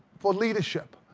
for leadership,